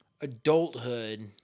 adulthood